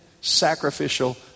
sacrificial